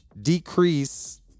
decrease